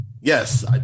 yes